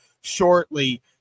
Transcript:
shortly